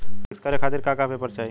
पिक्कस करे खातिर का का पेपर चाही?